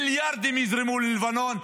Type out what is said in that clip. מיליארדים יזרמו ללבנון,